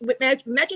imagine